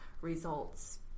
results